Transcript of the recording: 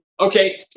Okay